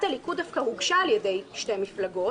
הליכוד דווקא הוגשה על ידי שתי מפלגות,